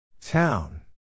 Town